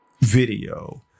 video